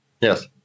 Yes